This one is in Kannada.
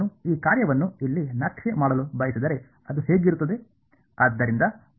ನಾನು ಈ ಕಾರ್ಯವನ್ನು ಇಲ್ಲಿ ನಕ್ಷೆ ಮಾಡಲು ಬಯಸಿದರೆ ಅದು ಹೇಗಿರುತ್ತದೆ